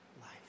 life